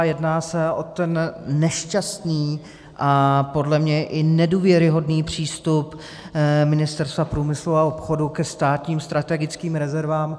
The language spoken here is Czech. Jedná se o ten nešťastný a podle mě i nedůvěryhodný přístup Ministerstva průmyslu a obchodu ke státním strategickým rezervám.